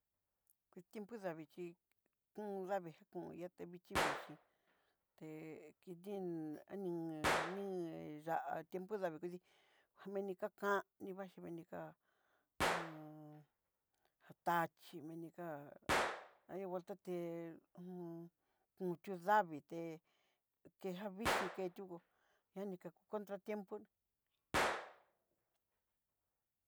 Kutin kuda vixhí kon davii kon yaté vixhi vixhií, té kitín añunga niunga ya'á tiempo davii kudí mini kakani vaxhí, veniga axhí minga ani aninguelta té konxhió davii, té já vixhíi ketiú ñani kakú contratiempo.